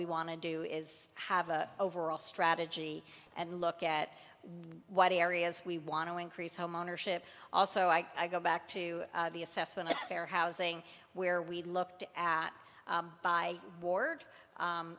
we want to do is have a overall strategy and look at what areas we want to increase homeownership also i go back to the assessment of fair housing where we looked at by ward